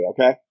Okay